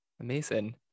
amazing